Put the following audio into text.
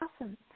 awesome